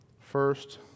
First